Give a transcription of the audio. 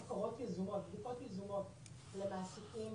פחות יודעת להסביר את הסדרים הפיננסיים,